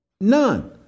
None